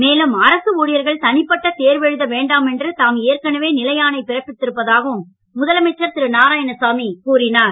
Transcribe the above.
மேலும் அரசு ஊழியர்கள் தனிப்பட்ட தேர்வெழுத வேண்டாமென்று தாம் ஏற்கனவே நிலையாணை பிறப்பித்திருப்பதாகவும் முதலமைச்சர் திரு நாராயணசாமி கூறினார்